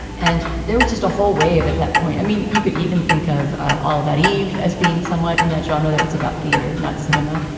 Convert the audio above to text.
and there was just a whole wave at that point. i mean, you could even think of all about eve as being somewhat in that genre that it's about theater, not cinema.